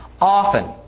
often